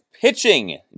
pitching